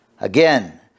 Again